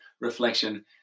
reflection